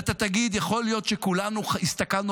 ואתה תגיד: יכול להיות שכולנו הסתכלנו